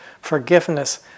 Forgiveness